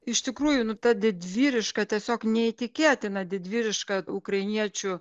iš tikrųjų nu ta didvyriška tiesiog neįtikėtina didvyriška ukrainiečių